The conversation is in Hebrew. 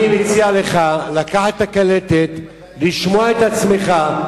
אני מציע לך לקחת את הקלטת, לשמוע את עצמך.